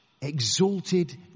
exalted